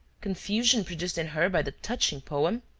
confusion produced in her by the touching poem.